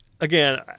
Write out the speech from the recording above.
again